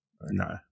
No